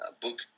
book